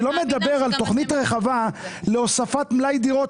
אני לא מדבר על תכנית רחבה להוספת מלאי דירות,